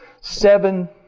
seven